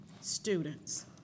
students